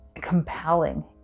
compelling